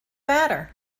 matter